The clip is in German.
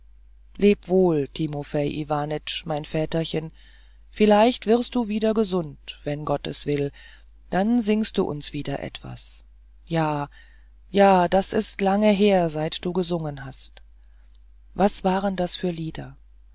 wohl timofei iwanitsch mein väterchen vielleicht wirst du wieder gesund wenn gott es will dann singst du uns wieder etwas ja ja das ist lange her seit du gesungen hast was waren das für lieder